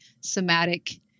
somatic